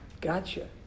Gotcha